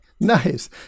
Nice